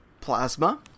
plasma